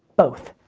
both,